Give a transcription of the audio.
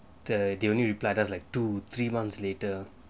the the only reply was like two three months later